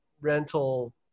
rental